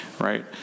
Right